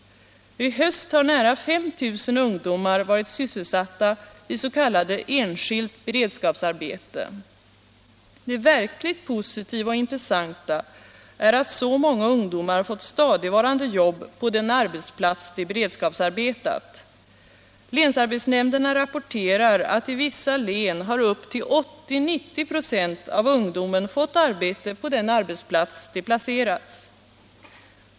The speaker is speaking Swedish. I höst har nära 5 000 ungdomar varit sysselsatta i s.k. enskilt beredskapsarbete. Det verkligt positiva och intressanta är att så många ungdomar fått stadigvarande jobb på den arbetsplats där de beredskapsarbetat. Länsarbetsnämnderna rapporterar att i vissa län har 80-90 26 av ungdomen fått arbete på den arbetsplats där de placerats.